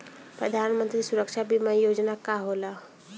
प्रधानमंत्री सुरक्षा बीमा योजना का होला?